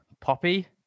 poppy